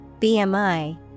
BMI